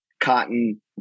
cotton